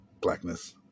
blackness